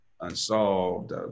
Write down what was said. Unsolved